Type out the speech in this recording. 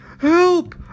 Help